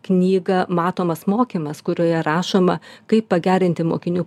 knygą matomas mokymas kurioje rašoma kaip pagerinti mokinių